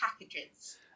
packages